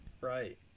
Right